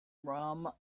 ram